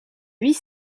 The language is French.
huit